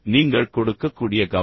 நீங்கள் கொடுக்கக்கூடிய கவனம்